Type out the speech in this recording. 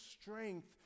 strength